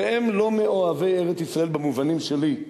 והם לא מאוהבי ארץ-ישראל במובנים שלי,